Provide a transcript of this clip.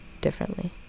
differently